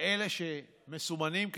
אלה שמסומנים כחולים,